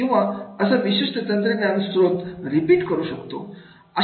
किंवा असा विशिष्ट तंत्रज्ञानाचा स्त्रोत रिपीट करू शकतो